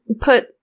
put